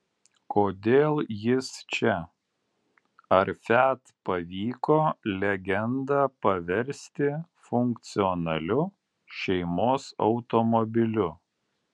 kodėl jis čia ar fiat pavyko legendą paversti funkcionaliu šeimos automobiliu